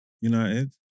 United